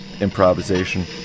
improvisation